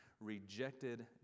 rejected